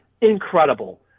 Incredible